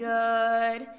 good